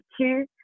two